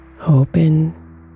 open